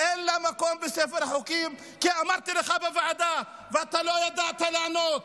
אין לה מקום בספר החוקים כי אמרתי לך בוועדה ואתה לא ידעת לענות,